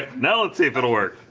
now. let's see if it'll work